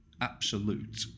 absolute